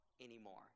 anymore